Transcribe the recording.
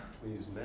please